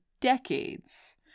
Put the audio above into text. decades